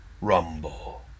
Rumble